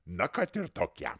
na kad ir tokia